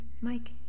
Mike